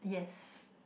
yes